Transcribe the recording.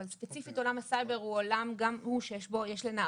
אבל ספציפית עולם הסייבר גם הוא עולם שיש בו לנערות